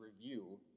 review